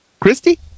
Christy